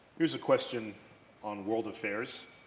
here's a question on world affairs,